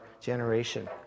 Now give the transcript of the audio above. generation